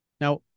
Now